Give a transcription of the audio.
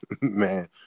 man